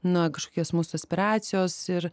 na kažkokios mūsų aspiracijos ir